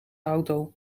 auto